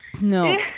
No